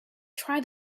try